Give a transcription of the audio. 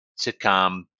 sitcom